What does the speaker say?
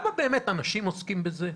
כמה אנשים באמת עוסקים בזה?